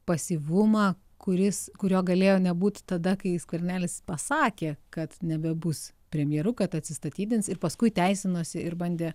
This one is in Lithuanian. pasyvumą kuris kurio galėjo nebūt tada kai skvernelis pasakė kad nebebus premjeru kad atsistatydins ir paskui teisinosi ir bandė